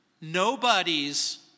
Nobody's